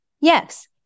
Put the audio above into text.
yes